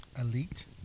Elite